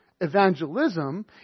Evangelism